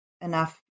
enough